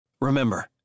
Remember